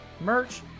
merch